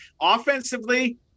offensively